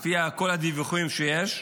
לפי כל הדיווחים שיש,